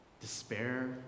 despair